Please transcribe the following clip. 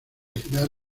girar